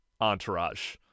Entourage